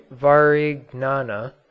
Varignana